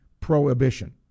prohibition